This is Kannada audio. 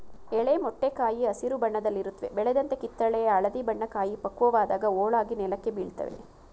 ಎಳೆ ಮೊಟ್ಟೆ ಕಾಯಿ ಹಸಿರು ಬಣ್ಣದಲ್ಲಿರುತ್ವೆ ಬೆಳೆದಂತೆ ಕಿತ್ತಳೆ ಹಳದಿ ಬಣ್ಣ ಕಾಯಿ ಪಕ್ವವಾದಾಗ ಹೋಳಾಗಿ ನೆಲಕ್ಕೆ ಬೀಳ್ತವೆ